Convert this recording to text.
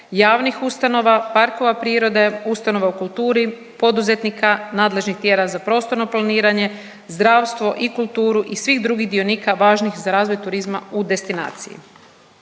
javnih ustanova, parkova prirode, ustanova u kulturi, poduzetnika, nadležnih tijela za prostorno planiranje, zdravstvo i kulturu i svih drugih dionika važnih za razvoj turizma u destinaciji.